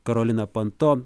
karolina panto